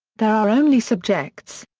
there are only subjects.